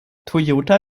toyota